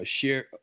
share